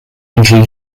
include